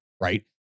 right